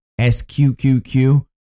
SQQQ